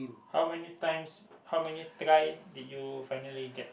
how many times how many try did you finally get